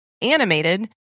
animated